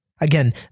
Again